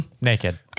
Naked